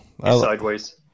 Sideways